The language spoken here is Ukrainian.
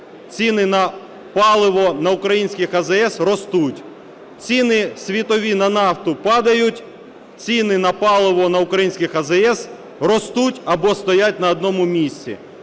ціни на паливо на українських АЗС ростуть; ціни світові на нафту падають – ціни на паливо на українських АЗС ростуть або стоять на одному місці.